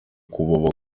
kuba